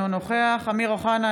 אינו נוכח אמיר אוחנה,